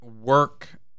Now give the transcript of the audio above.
work